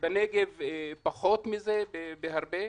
בנגב השיעור היה פחות מזה בהרבה.